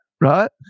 right